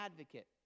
advocate